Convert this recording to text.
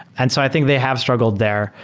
and so i think they have struggled there.